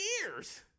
years